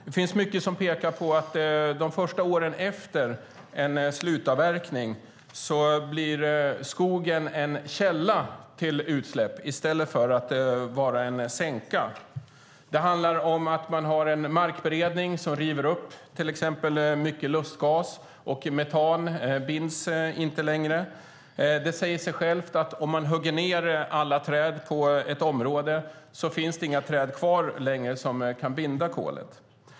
Det finns mycket som pekar på att skogen de första åren efter en slutavverkning blir en källa till utsläpp i stället för att vara en sänka. Markberedningen river till exempel upp lustgas, och metan binds inte längre. Det säger sig självt att om man hugger ned alla träd på ett område finns det inga träd kvar längre som kan binda kolet.